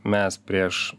mes prieš